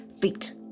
feet